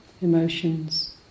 emotions